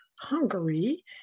Hungary